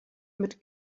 mit